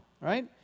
right